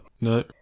No